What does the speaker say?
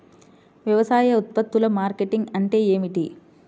వ్యవసాయ ఉత్పత్తుల మార్కెటింగ్ అంటే ఏమిటి?